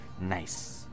Nice